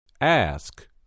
Ask